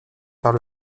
par